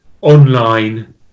online